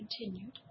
continued